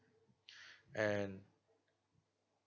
and